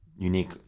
Unique